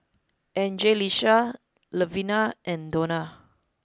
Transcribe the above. Anjelica Levina and Donna